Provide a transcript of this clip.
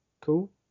cool